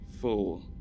full